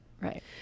Right